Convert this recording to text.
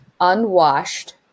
unwashed